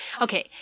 Okay